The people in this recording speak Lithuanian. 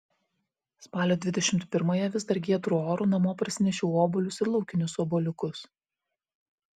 spalio dvidešimt pirmąją vis dar giedru oru namo parsinešiau obuolius ir laukinius obuoliukus